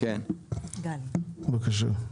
בבקשה.